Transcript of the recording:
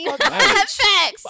Facts